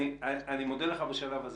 אני מודה לך בשלב הזה.